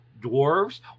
dwarves